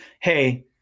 hey